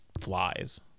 flies